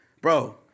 bro